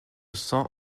cents